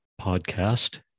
podcast